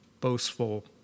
boastful